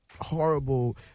horrible